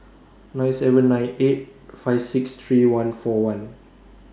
nine seven nine eight five six three one four one